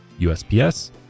USPS